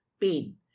pain